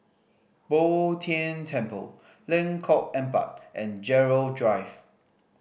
Bo Tien Temple Lengkok Empat and Gerald Drive